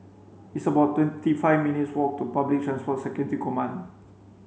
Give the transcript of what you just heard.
it's about twenty five minutes' walk to Public Transport Security Command